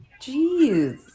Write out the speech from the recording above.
Jeez